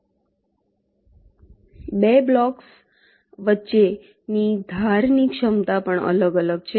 2 blocks વચ્ચેની ધારની ક્ષમતા પણ અલગ છે